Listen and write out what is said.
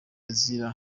azira